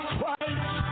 Christ